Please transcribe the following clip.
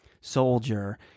soldier